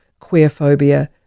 queerphobia